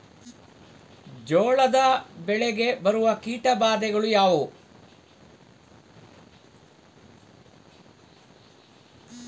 ಜೋಳದ ಬೆಳೆಗೆ ಬರುವ ಕೀಟಬಾಧೆಗಳು ಯಾವುವು?